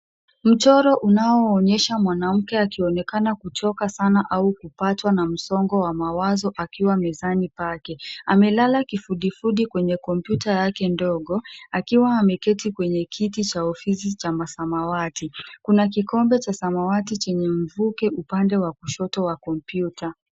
Mchoro unaoonyesha mwanamke akionekana kuchoka sana au kupatwa na msongo wa mawazo akiwa mezani pake. Amelala kifudifudi kwenye kompyuta yake ndogo, akiwa ameketi kwenye kiti cha ofisi cha masamawati. Kuna kikombe cha samawati chenye mvuke upande wa kushoto wa kompyuta.